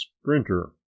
sprinter